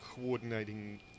coordinating